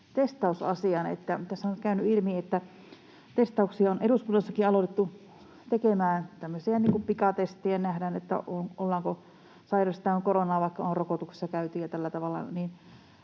Tässä on nyt käynyt ilmi, että testauksia on eduskunnassakin aloitettu tekemään, tämmöisiä pikatestejä, jotta nähdään, sairastetaanko koronaa, vaikka on rokotuksissa käyty